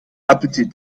appetit